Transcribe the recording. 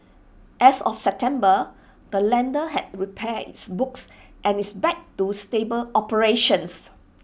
as of September the lender had repaired its books and is back to stable operations